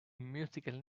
musical